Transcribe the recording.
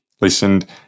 listened